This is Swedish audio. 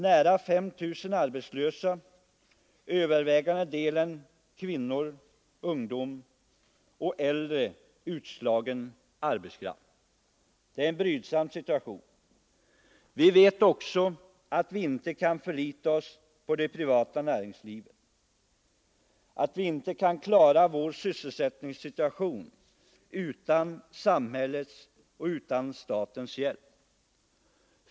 Nära 5 000 arbetslösa, övervägande delen kvinnor, ungdomar och äldre utslagen arbetskraft, det är en brydsam situation. Vi vet också att vi inte kan förlita oss på det privata näringslivet, att vi inte kan klara vår sysselsättningssituation utan samhällets — och statens — hjälp.